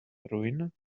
ruin